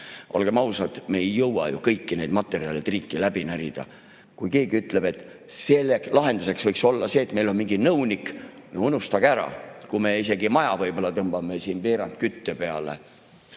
Olgem ausad, me ei jõua ju kõiki neid materjale triiki läbi närida. Kui keegi ütleb, et selle lahenduseks võiks olla see, et meil [igaühel] on mingi nõunik – unustage ära, kui me isegi maja tõmbame siin võib-olla veerand kütte peale.